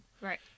Right